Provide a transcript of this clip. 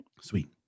Sweet